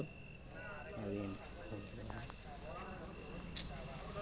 RTGS యొక్క లాభాలు నష్టాలు ఏమిటి?